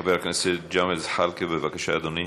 חבר הכנסת ג'מאל זחאלקה, בבקשה, אדוני.